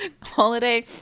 holiday